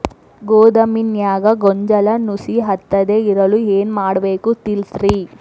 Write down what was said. ಗೋದಾಮಿನ್ಯಾಗ ಗೋಂಜಾಳ ನುಸಿ ಹತ್ತದೇ ಇರಲು ಏನು ಮಾಡಬೇಕು ತಿಳಸ್ರಿ